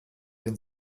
den